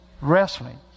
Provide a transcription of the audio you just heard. wrestling